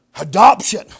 Adoption